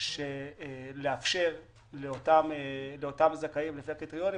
על מתן אפשרות לאותם זכאים לפי הקריטריונים,